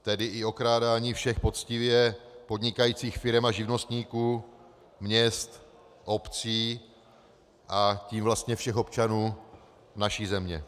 Tedy i okrádání všech poctivě podnikajících firem a živnostníků, měst, obcí, a tím vlastně všech občanů naší země.